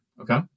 okay